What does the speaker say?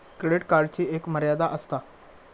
credit कार्डची एक मर्यादा आसता